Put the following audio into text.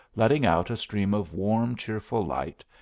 letting out a stream of warm, cheerful light,